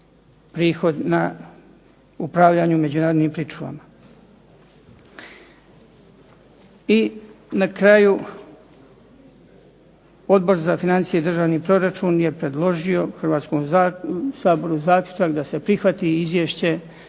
prihod na upravljanju međunarodnim pričuvama. I na kraju Odbor za financije i državni proračun je predložio Hrvatskom saboru zaključak da se prihvati izvješće,